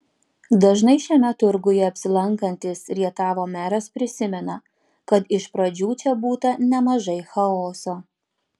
dažnai šiame turguje apsilankantis rietavo meras prisimena kad iš pradžių čia būta nemažai chaoso